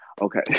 Okay